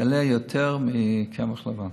יעלה יותר מקמח לבן.